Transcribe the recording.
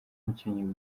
umukinnyi